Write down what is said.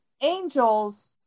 angels